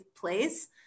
place